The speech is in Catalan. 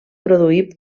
produir